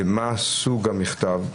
מה סוג המכתב?